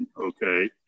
okay